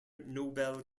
nobel